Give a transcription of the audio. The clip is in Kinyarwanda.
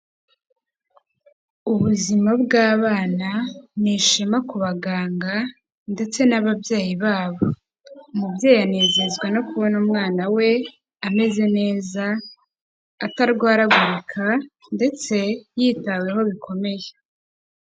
Ubuzima bw'abana ni ishema ku baganga ndetse n'ababyeyi babo. Umubyeyi anezezwa no kubona umwana we ameze neza atarwaraguka ndetse yitaweho bikomeye.